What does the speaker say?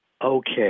Okay